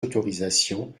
autorisations